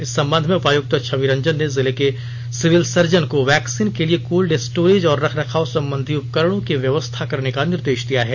इस संबंध में उपायुक्त छवि रंजन ने जिले के सिविल सर्जन को वैक्सीन के लिए कोल्ड स्टोरेज और रख रखाव संबंधी उपकरणों की व्यवस्था करने का निर्देश दिया है